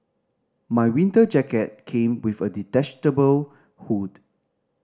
my winter jacket came with a detachable hood